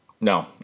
No